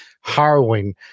harrowing